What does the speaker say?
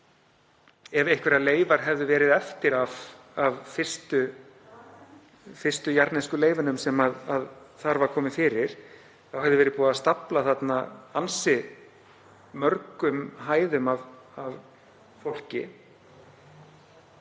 Ef einhverjar leifar hefðu verið eftir af fyrstu jarðnesku leifunum sem þar var komið fyrir hefði verið búið að stafla þarna ansi mörgum hæðum af fólki.